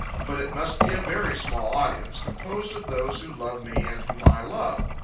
but it must be a very small audience, composed of those who love me and whom i love.